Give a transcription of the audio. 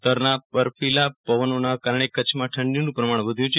ઉત્તરના બર્ફીલા હિમ પવનોના કારણે કચ્છમાં ઠંડીનું પ્રમાણ વધ્યું છે